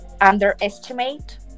underestimate